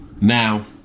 Now